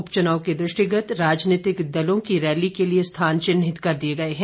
उपचुनाव के लेकर दृष्टिगत राजनीतिक दलों की रैली के लिए स्थान चिन्हित कर दिए गए हैं